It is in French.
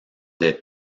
des